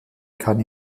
kann